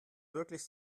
wirklich